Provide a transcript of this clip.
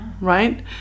right